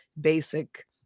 basic